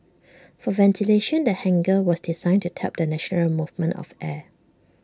for ventilation the hangar was designed to tap the natural movement of air